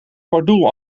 pardoel